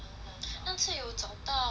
那次有找到 but like